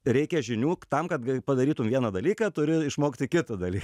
reikia žinių tam kad padarytum vieną dalyką turi išmokti kitą daly